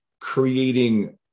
creating